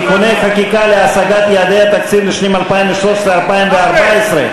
(תיקוני חקיקה להשגת יעדי התקציב לשנים 2013 ו-2014),